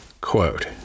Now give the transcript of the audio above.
quote